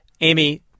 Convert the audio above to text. Amy